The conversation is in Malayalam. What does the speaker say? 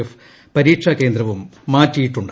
എഫ് പരീക്ഷാകേന്ദ്രവും മാറ്റിയിട്ടുണ്ട്